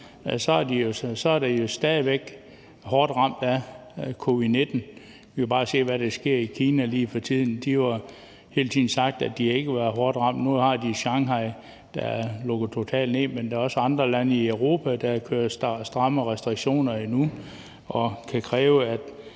er de jo stadig væk hårdt ramt af covid-19. Vi kan bare se, hvad der sker i Kina lige for tiden. De har jo hele tiden sagt, at de ikke var hårdt ramt, men nu har de Shanghai, der er lukket totalt ned. Men der er også andre lande i Europa, der kører stramme restriktioner endnu og kan kræve, at